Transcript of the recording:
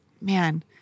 man